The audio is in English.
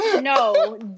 No